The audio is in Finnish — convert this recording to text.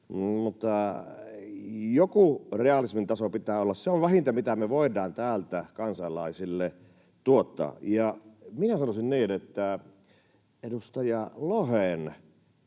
Joku realismin taso pitää olla. Se on vähintä, mitä me voidaan täältä kansalaisille tuottaa. Minä sanoisin niin, että edustaja Lohen